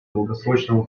долгосрочного